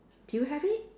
do you have it